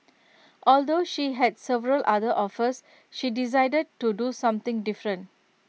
although she had several other offers she decided to do something different